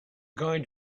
guide